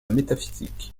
métaphysique